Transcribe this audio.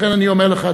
לכן אני אומר לך,